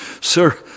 Sir